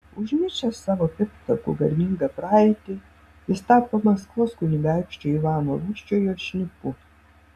užmiršęs savo pirmtakų garbingą praeitį jis tapo maskvos kunigaikščio ivano rūsčiojo šnipu